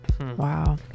Wow